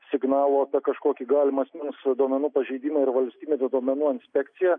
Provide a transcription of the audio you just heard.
signalo apie kažkokį galimą asmens duomenų pažeidimą yra valstybinė duomenų inspekcija